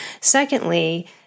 Secondly